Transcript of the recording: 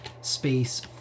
space